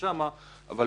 אם